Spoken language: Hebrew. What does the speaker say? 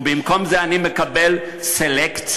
ובמקום זה אני מקבל סלקציה?